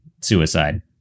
suicide